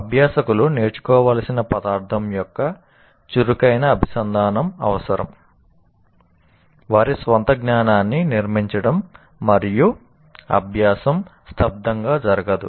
అభ్యాసకులు నేర్చుకోవలసిన పదార్థం యొక్క చురుకైన అభిసంధానం అవసరం వారి స్వంత జ్ఞానాన్ని నిర్మించడం మరియు అభ్యాసం స్తబ్దంగా జరగదు